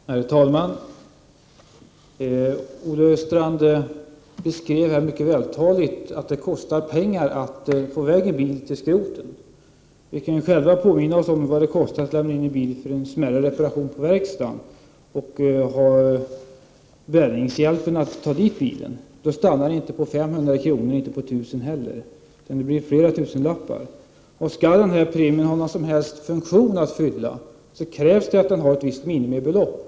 Herr talman! Olle Östrand beskrev mycket vältaligt att det kostar pengar att få i väg en bil till skroten. Vi kan själva påminna oss vad det kostar att lämna in en bil på verkstaden för en smärre reparation, om man behöver bärgningshjälp för att ta dit bilen. Då stannar inte kostnaden på 500 kr. och inte heller på 1 000 kr., utan det blir flera tusenlappar. Skall premien ha någon som helst funktion att fylla, då krävs det ett visst minimibelopp.